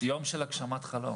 זה יום של הגשמת חלום.